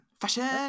Fashion